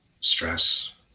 stress